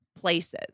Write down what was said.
places